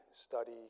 study